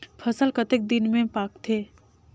फसल कतेक दिन मे पाकथे?